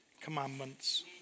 commandments